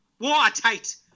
Watertight